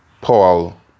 Paul